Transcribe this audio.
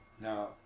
Now